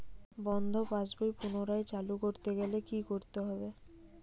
বন্ধ পাশ বই পুনরায় চালু করতে কি করতে হবে?